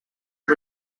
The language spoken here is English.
are